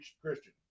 Christian